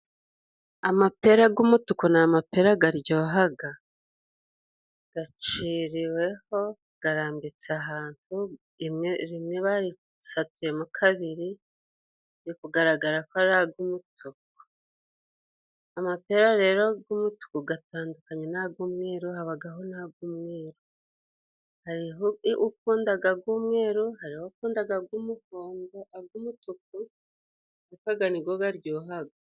Amapera g'umutuku ni amapera garyohaga. gaciriweho, garambitse ahantu, rimwe barisatuyemo kabiri, biri kugaragara ko ari ag'umutuku. Amapera rero g'umutuku, gatandukanye n'ag'umweru. Habaga n'ag'umweru. Hariho ukundaga ag'umweru, hariho ukundaga ag'umutuku ariko aga ni go garyahaga.